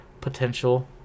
potential